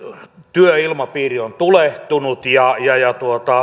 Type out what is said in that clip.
työilmapiiri on tulehtunut ja ja